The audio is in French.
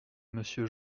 monsieur